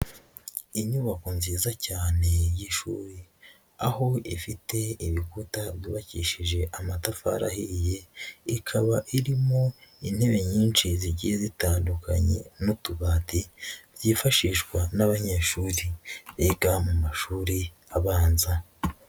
Inyubako nziza cyane y'ishuri, aho ifite ibikuta byubakishije amatafari ahiye, ikaba irimo intebe nyinshi zigiye zitandukanye n'utubati byifashishwa n'abanyeshuri biga mu mashuri abanza.